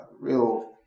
Real